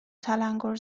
تلنگور